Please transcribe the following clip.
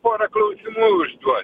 porą klausimų užduot